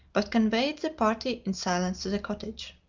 but conveyed the party in silence to the cottage.